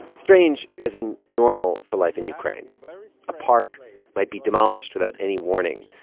strange as in normal for life in ukraine a park might be demolished without any warning.